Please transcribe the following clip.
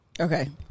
okay